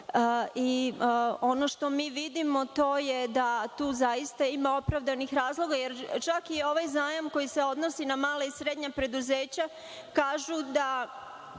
Ono što mi vidimo jeste da tu zaista ima opravdanih razloga, jer i ovaj zajam koji se odnosi na mala i srednja preduzeća, kažu da